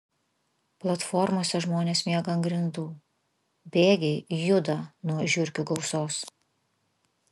platformose žmonės miega ant grindų bėgiai juda nuo žiurkių gausos